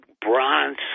bronze